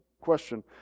question